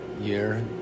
year